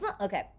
Okay